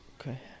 Okay